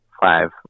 five